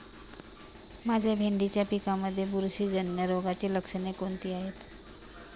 माझ्या भेंडीच्या पिकामध्ये बुरशीजन्य रोगाची लक्षणे कोणती आहेत?